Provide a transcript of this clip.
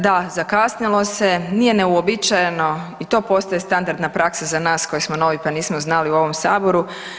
Da, zakasnilo se, nije neuobičajeno, i to postaje standardna praksa za nas koji smo novi pa nismo znali u ovom Saboru.